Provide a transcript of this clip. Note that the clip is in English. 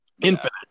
infinite